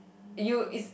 you it's